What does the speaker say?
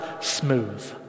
smooth